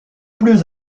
plus